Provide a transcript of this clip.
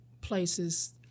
places